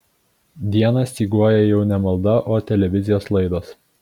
dieną styguoja jau ne malda o televizijos laidos